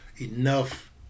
enough